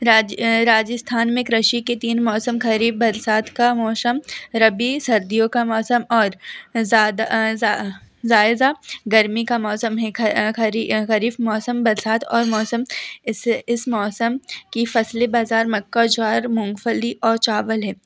राज राजस्थान में कृषि के तीन मौसम खरीफ बरसात का मौसम रबी सर्दियों का मौसम और ज़्यादा गर्मी का मौसम है खरीफ मौसम बरसात और मौसम इससे इस मौसम की फसलें बाजार मक्का और ज्वार मूंगफली और चावल है